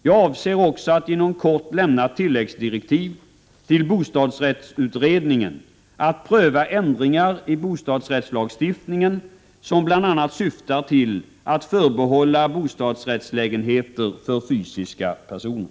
Jag avser också att inom kort lämna tilläggsdirektiv till bostadsrättsutredningen att pröva ändringar i bostadsrättslagstiftningen som bl.a. syftar till att förbehålla bostadsrättslägenheter för fysiska personer.